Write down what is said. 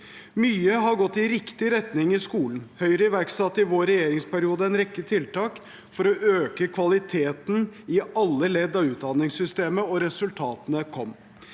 Mye har gått i riktig retning i skolen. Høyre iverksatte i sin regjeringsperiode en rekke tiltak for å øke kvaliteten i alle ledd av utdanningssystemet, og resultatene kom.